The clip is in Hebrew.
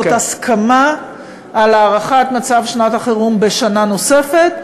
זאת הסכמה על הארכת מצב החירום בשנה נוספת,